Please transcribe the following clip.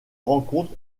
rencontre